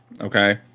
Okay